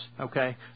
Okay